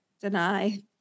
deny